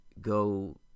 go